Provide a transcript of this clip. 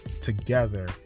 together